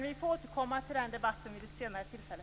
Vi får återkomma till denna debatt vid ett senare tillfälle.